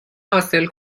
حاصل